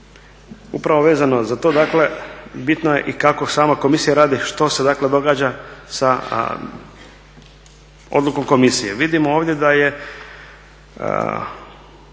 Upravo vezano za to, dakle bitno je i kako sama komisija radi, što se dakle događa sa odlukom komisije, vidimo ovdje da je